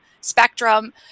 spectrum